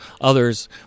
Others